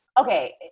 okay